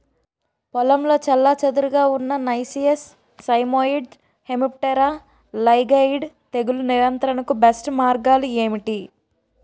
పొలంలో చెల్లాచెదురుగా ఉన్న నైసియస్ సైమోయిడ్స్ హెమిప్టెరా లైగేయిడే తెగులు నియంత్రణకు బెస్ట్ మార్గాలు ఏమిటి?